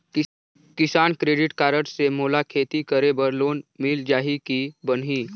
किसान credit card से मोला खेती करे बर लोन मिल जाहि की बनही??